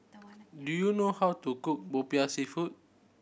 do you know how to cook Popiah Seafood